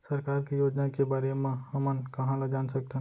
सरकार के योजना के बारे म हमन कहाँ ल जान सकथन?